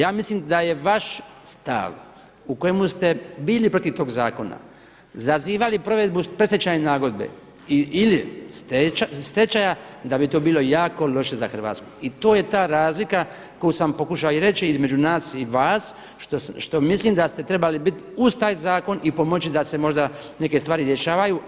Ja mislim da je vaš stav u kojemu ste bili protiv tog zakona, zazivali provedbu predstečajne nagodbe ili stečaja da bi to bilo jako loše za Hrvatsku i to je ta razlika koju sam pokušao reći između nas i vas što mislim da ste trebali biti uz taj zakon i pomoći da se možda neke stvari rješavaju.